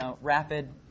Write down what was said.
rapid